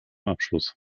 abschluss